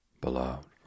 beloved